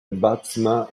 bâtiment